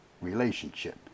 relationship